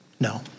No